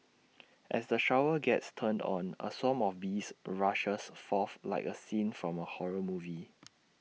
as the shower gets turned on A swarm of bees rushes forth like A scene from A horror movie